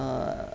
err